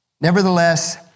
Nevertheless